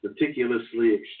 meticulously